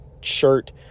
shirt